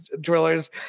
drillers